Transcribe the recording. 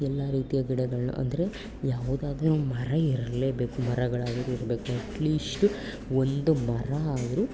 ಎಲ್ಲ ರೀತಿಯ ಗಿಡಗಳನ್ನು ಅಂದರೆ ಯಾವುದಾದರೂ ಮರ ಇರಲೇಬೇಕು ಮರಗಳಾದರೂ ಇರಬೇಕು ಅಟ್ಲೀಸ್ಟು ಒಂದು ಮರ ಆದರೂ